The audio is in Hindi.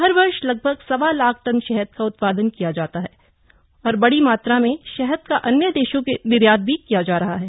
हर वर्ष लगभग सवा लाख टन शहद का उत्पादन किया जाता है और बड़ी मात्रा में शहद का अन्य देशों को निर्यात भी किया जा रहा है